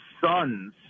sons